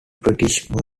british